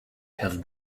have